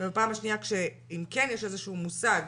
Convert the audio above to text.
ופעם שניה אם כן יש איזה שהוא מושג,